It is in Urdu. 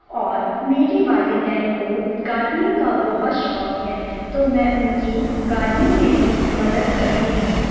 اور میری والدین کو گارڈننگ کا بہت شوق ہے تو میں ان کی گارڈننگ میں بھی مدد کرتی ہوں